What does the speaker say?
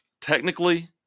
Technically